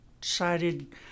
decided